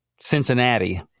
Cincinnati